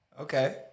Okay